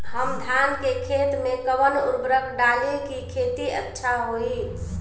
हम धान के खेत में कवन उर्वरक डाली कि खेती अच्छा होई?